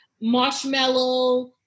marshmallow